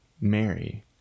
Mary